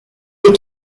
les